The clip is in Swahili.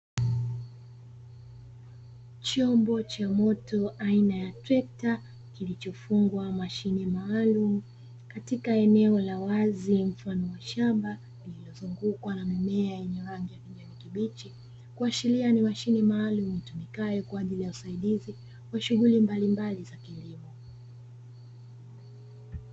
Chombo cha moto aina ya trekta, kilichofungwa mashine maalumu katika eneo la wazi mfano wa shamba kikiwa na rangi ya kijani kibichi, kuashiria ni mashine maalumu itumikayo kwa ajili ya usaidizi wa shughuli mbalimbali za kilimo.